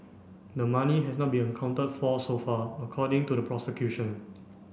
the money has not been accounted for so far according to the prosecution